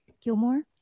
Gilmore